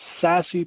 sassy